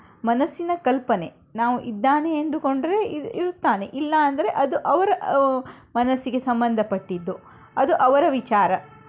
ಮನಸ್ಸಿನ ಕಲ್ಪನೆ ನಾವು ಇದ್ದಾನೆ ಎಂದು ಕೊಂಡರೆ ಇರ್ ಇರುತ್ತಾನೆ ಇಲ್ಲ ಅಂದರೆ ಅದು ಅವರ ಮನಸ್ಸಿಗೆ ಸಂಬಂಧಪಟ್ಟಿದ್ದು ಅದು ಅವರ ವಿಚಾರ